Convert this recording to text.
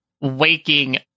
waking